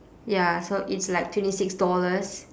ya so it's like twenty six dollars